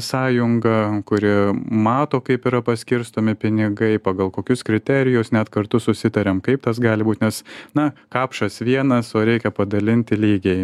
sąjunga kuri mato kaip yra paskirstomi pinigai pagal kokius kriterijus net kartu susitariam kaip tas gali būt nes na kapšas vienas o reikia padalinti lygiai